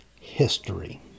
history